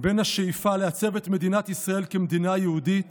בין השאיפה לעצב את מדינת ישראל כמדינה יהודית